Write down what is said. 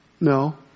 No